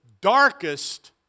darkest